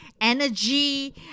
energy